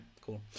cool